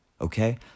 Okay